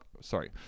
sorry